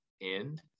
end